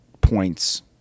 points